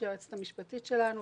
שהיא היועצת המשפטית שלנו,